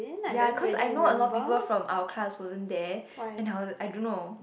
ya cause I know a lot of people from our class wasn't there and I I don't know